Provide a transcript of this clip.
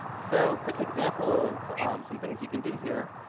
so quick example of some things you can do here.